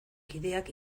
kideak